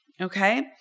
okay